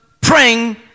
praying